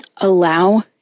allow